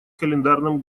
календарным